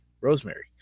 Rosemary